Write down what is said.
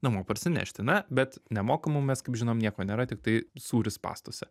namo parsinešti na bet nemokamų mes kaip žinome nieko nėra tiktai sūris spąstuose